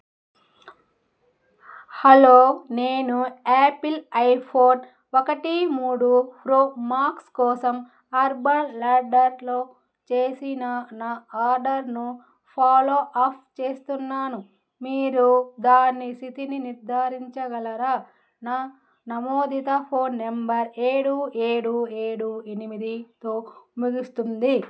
hello నేను Apple iPhone ఒకటి మూడు ప్రో మాక్స్ కోసం అర్బాన్ లాడ్దర్లో చేసిన నా ఆర్డర్ను ఫాలోఅఫ్ చేస్తున్నాను మీరు దాని స్థితిని నిర్ధారించగలరా నా నమోదిత ఫోన్ నెంబర్ ఏడు ఏడు ఏడు ఎనిమిదితో ముగిస్తుంది